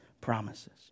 promises